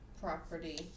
property